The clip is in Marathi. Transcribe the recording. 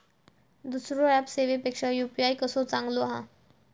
दुसरो ऍप सेवेपेक्षा यू.पी.आय कसो चांगलो हा?